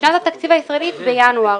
ושנת התקציב הישראלית בינואר,